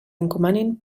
encomanin